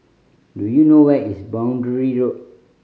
do you know where is Boundary Road